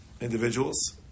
Individuals